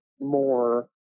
more